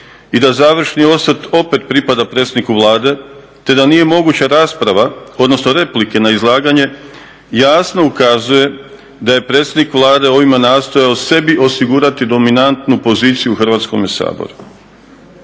i da završni osvrt opet pripada predsjedniku Vlade, te da nije moguća rasprava, odnosno replike na izlaganje jasno ukazuje da je predsjednik Vlade ovime nastojao sebi osigurati dominantu poziciju u Hrvatskome saboru.